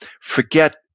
forget